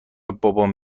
بابام